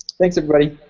thanks, everybody!